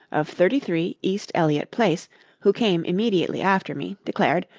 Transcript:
of thirty three, east elliot place who came immediately after me, declared,